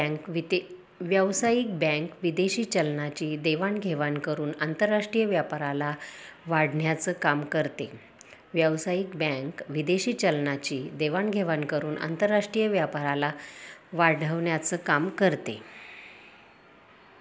व्यावसायिक बँक विदेशी चलनाची देवाण घेवाण करून आंतरराष्ट्रीय व्यापाराला वाढवण्याचं काम करते